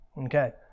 Okay